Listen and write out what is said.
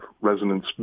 resonance